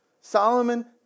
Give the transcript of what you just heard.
Solomon